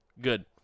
Good